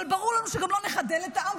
אבל ברור לנו שגם לא נחדל את העם,